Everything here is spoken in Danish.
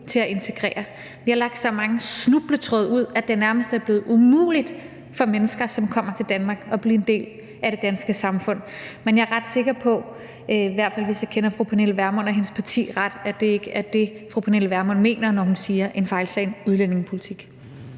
til at integrere. Vi har lagt så mange snubletråde ud, at det nærmest er blevet umuligt for mennesker, som kommer til Danmark, at blive en del af det danske samfund. Men jeg er ret sikker på – hvis jeg kender fru Pernille Vermund og hendes parti ret – at det ikke er det, fru Pernille Vermund mener, når hun siger en fejlslagen udlændingepolitik.